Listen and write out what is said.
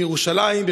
בירושלים,